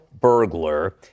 burglar